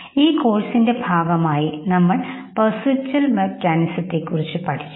ഈ കോഴ്സിന്റെ ഭാഗമായി നമ്മൾ പെർസെപ്ച്വൽ മെക്കാനിസത്തെക്കുറിച്ച് പഠിച്ചു